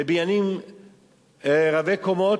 בבניינים רבי-קומות,